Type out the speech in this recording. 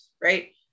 right